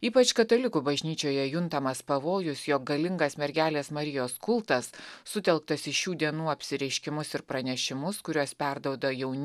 ypač katalikų bažnyčioje juntamas pavojus jog galingas mergelės marijos kultas sutelktas į šių dienų apsireiškimus ir pranešimus kuriuos perduoda jauni